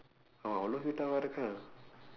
அவ:ava இருக்கா:irukkaa